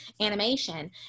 animation